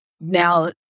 now